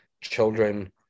children